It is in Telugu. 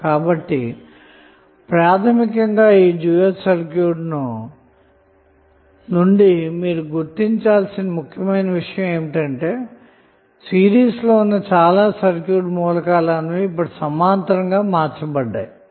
కాబట్టి ప్రాథమికంగా ఈ డ్యూయల్ సర్క్యూట్ నుండి మీరు గుర్తించాల్సిన ముఖ్య విషయం ఏమిటంటే సిరీస్ లో ఉన్న చాలా సర్క్యూట్ మూలకాలు ఇప్పుడు సమాంతరంగా మార్చబడ్డాయి అన్న మాట